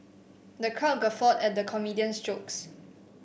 the crowd guffawed at the comedian's jokes